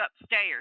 upstairs